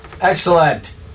Excellent